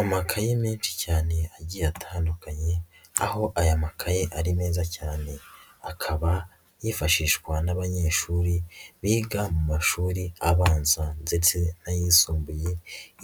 Amakaye menshi cyane agiye atandukanye, aho aya makaye ari meza cyane. Akaba yifashishwa n'abanyeshuri biga mu mashuri abanza ndetse n'ayisumbuye,